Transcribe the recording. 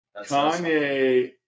Kanye